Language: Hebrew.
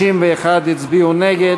61 הצביעו נגד.